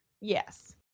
Yes